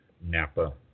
Napa